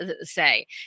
say